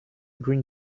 green